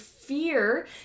fear